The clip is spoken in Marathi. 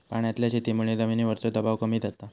पाण्यातल्या शेतीमुळे जमिनीवरचो दबाव कमी जाता